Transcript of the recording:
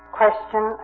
question